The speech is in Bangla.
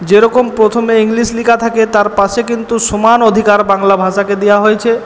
যেরকম প্রথমে ইংলিশ লিখা থাকে তার পাশে কিন্তু সমান অধিকার বাংলা ভাষাকে দেওয়া হয়েছে